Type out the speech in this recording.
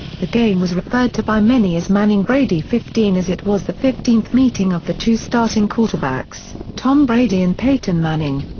the game was referred to by many as manning-brady xv as it was the fifteenth meeting of the two starting quarterbacks, tom brady and peyton manning.